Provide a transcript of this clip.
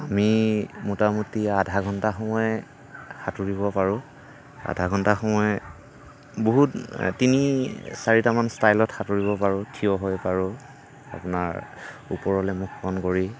আমি মোটামুটি আধাঘণ্টা সময় সাঁতুৰিব পাৰোঁ আধাঘণ্টা সময় বহুত তিনি চাৰিটামান ষ্টাইলত সাঁতুৰিব পাৰোঁ থিয় হৈ পাৰোঁ আপোনাৰ ওপৰলৈ মুখখন কৰি